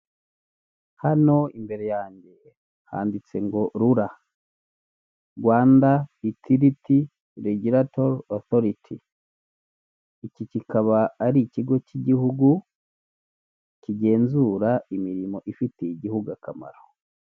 Hano imbere yanjye handitse ngo rura rwanda ritriti regirato reguratori otoriti, iki kikaba ari ikigo cy'igihugu kigenzura imirimo ifitiye igihugu akamaro.